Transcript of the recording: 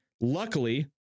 Luckily